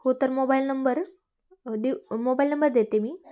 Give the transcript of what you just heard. हो तर mobile number देव मोबाईल नंबर देते मी